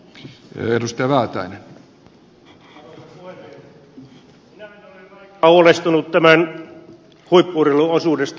minä en ole lainkaan huolestunut huippu urheilun osuudesta